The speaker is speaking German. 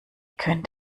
könnt